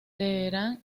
teherán